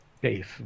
base